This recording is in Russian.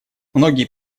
многие